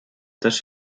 też